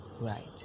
Right